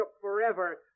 forever